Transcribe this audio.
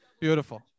Beautiful